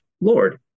Lord